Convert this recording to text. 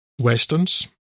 Westerns